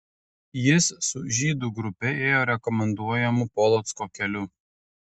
jis su žydų grupe ėjo rekomenduojamu polocko keliu